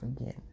again